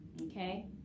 Okay